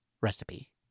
recipe